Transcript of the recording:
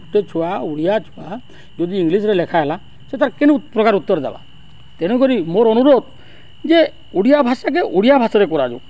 ଗୁଟେ ଛୁଆ ଓଡ଼ିଆ ଛୁଆ ଯଦି ଇଂଲିଶ୍ରେ ଲେଖା ହେଲା ସେ ତାର୍ କେନ୍ ପ୍ରକାର୍ ଉତ୍ତର୍ ଦେବା ତେଣୁ କରି ମୋର୍ ଅନୁରୋଧ୍ ଯେ ଓଡ଼ିଆ ଭାଷାକେ ଓଡ଼ିଆ ଭାଷାରେ କରାଯାଉ